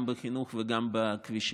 גם בחינוך וגם בכבישים.